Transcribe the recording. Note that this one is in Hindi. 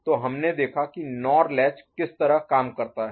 तो हमने देखा कि नॉर लैच किस तरह काम करता है